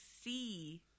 see